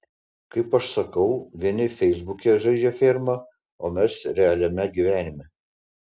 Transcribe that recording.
kaip aš sakau vieni feisbuke žaidžia fermą o mes realiame gyvenime